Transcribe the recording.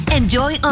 Enjoy